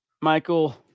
Michael